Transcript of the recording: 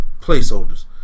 placeholders